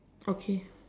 okay